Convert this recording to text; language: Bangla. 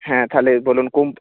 হ্যাঁ তাহলে বলুন